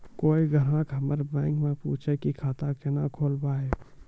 कोय ग्राहक हमर बैक मैं पुछे की खाता कोना खोलायब?